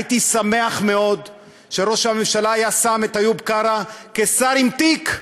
הייתי שמח מאוד שראש הממשלה היה שם את איוב קרא כשר עם תיק,